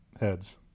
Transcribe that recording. Heads